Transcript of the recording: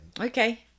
Okay